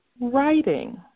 writing